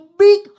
big